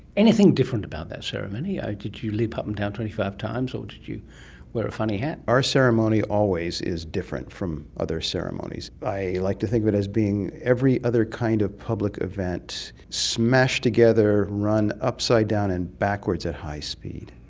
anything different about that ceremony? did you leap up and down twenty five times or did you wear a funny hat? our ceremony always is different from other ceremonies. i like to think of it as being every other kind of public event smashed together, run upside down and backwards at high speed.